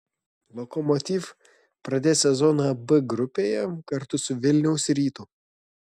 lokomotiv pradės sezoną b grupėje kartu su vilniaus rytu